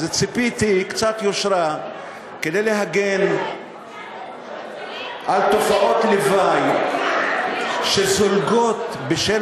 אז ציפיתי לקצת יושרה כדי להגן על תופעות לוואי שזולגות בשל